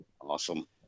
Awesome